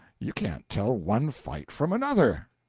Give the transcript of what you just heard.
you can't tell one fight from another,